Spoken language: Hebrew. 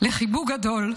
לחיבוק גדול,